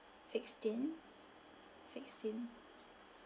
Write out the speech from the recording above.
sixteen sixteen